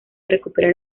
recuperar